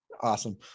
awesome